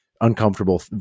uncomfortable